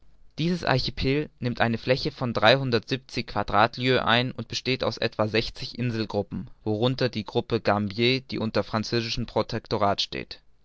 dieser archipel nimmt eine fläche von dreihundertsiebenzig quadrat lieues ein und besteht aus etwa sechzig inselgruppen worunter die gruppe gambier die unter französischem protectorat steht